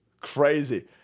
Crazy